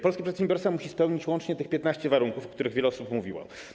Polski przedsiębiorca musi spełnić łącznie 15 warunków, o których wiele osób mówiło.